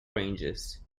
ranges